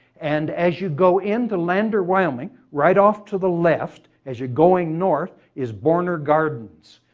and as you go into lander, wyoming right off to the left as your going north is borner gardens.